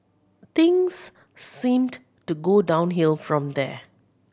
things seemed to go downhill from there